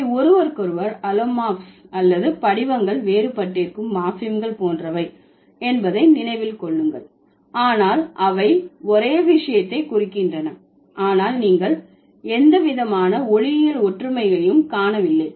அவை ஒருவருக்கொருவர் அலோமார்ப்ஸ் அல்லது படிவங்கள் வேறுபட்டிருக்கும் மார்பிம்கள் போன்றவை என்பதை நினைவில் கொள்ளுங்கள் ஆனால் அவை ஒரே விஷயத்தை குறிக்கின்றன ஆனால் நீங்கள் எந்தவிதமான ஒலியியல் ஒற்றுமையையும் காணவில்லை